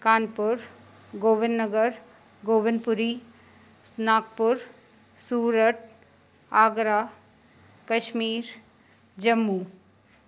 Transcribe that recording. Kanpur Govindnagar Govindpuri Nagpur Surat Agra Kashmir Jammu